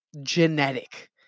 genetic